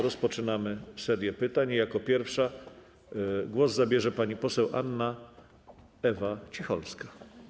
Rozpoczynamy serię pytań i jako pierwsza głos zabierze pani poseł Anna Ewa Cicholska.